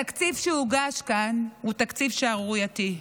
התקציב שהוגש כאן הוא תקציב שערורייתי.